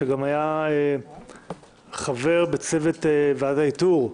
שגם היה חבר בצוות ועדת האיתור.